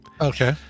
Okay